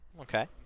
Okay